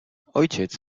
ojciec